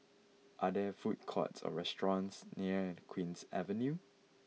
are there food courts or restaurants near Queen's Avenue